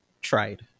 tried